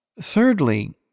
Thirdly